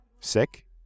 Sick